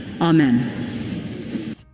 Amen